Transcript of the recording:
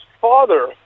father